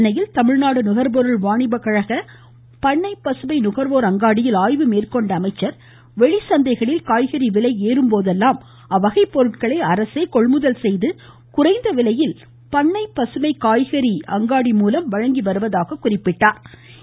சென்னையில் தமிழ்நாடு நுகர்பொருள் வாணிப கழக பண்ணைப் பசுமை நுகர்வோர் அங்காடியில் ஆய்வு மேற்கொண்ட அவர் வெளிச்சந்தையில் காய்கறி விலை ஏறும்போதெல்லாம் அவ்வகை பொருட்களை அரசே கொள்முதல் செய்து குறைந்தவிலையில் பண்ணைப்பசுமை காய்கறிக்ள அங்காடியில்வவழங்கி வருவதாகவும் குறிப்பிட்டார்